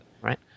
right